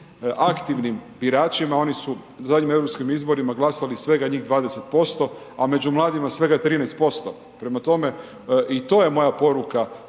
aktivnim biračima, oni su na zadnjim europskim izborima glasali svega njih 20% a među mladima svega 13%. Prema tome, i to je moja poruka